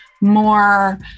more